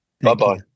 Bye-bye